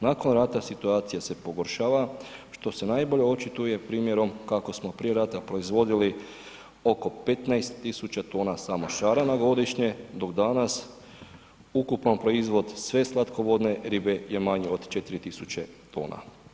Nakon rata situacija se pogoršala što se najbolje očituje primjerom kako smo prije rata proizvodili oko 15 tisuća tona samo šarana godišnje dok danas ukupan proizvod sve slatkovodne ribe je manji od 4 tisuće tona.